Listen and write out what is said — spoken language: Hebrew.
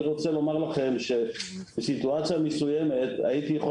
אני רוצה לומר לכם שבסיטואציה מסוימת הייתי יכול